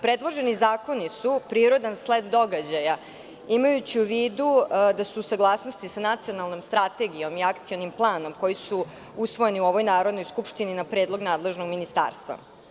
Predloženi zakoni su prirodan sled događaja, imajući u vidu da su u saglasnosti sa Nacionalnom strategijom i Akcionim planom, koji su usvojeni u ovoj Narodnoj skupštini na predlog nadležnog ministarstva.